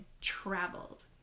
traveled